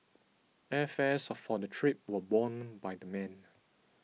airfares for the trip were borne by the men